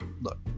look